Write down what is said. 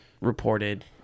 reported